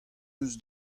eus